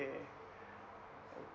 okay